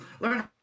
learn